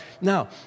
Now